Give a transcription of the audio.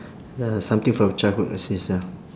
ya something from childhood exist ya